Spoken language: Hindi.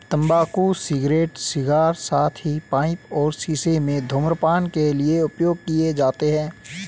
तंबाकू सिगरेट, सिगार, साथ ही पाइप और शीशों में धूम्रपान के लिए उपयोग किए जाते हैं